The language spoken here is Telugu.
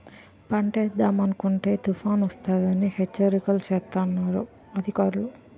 పంటేద్దామనుకుంటే తుపానొస్తదని హెచ్చరికలు సేస్తన్నారు అధికారులు